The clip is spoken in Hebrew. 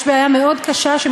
יש בעיה קשה מאוד,